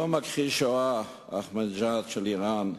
אותו מכחיש השואה, אחמדינג'אד של אירן,